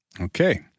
Okay